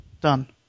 Done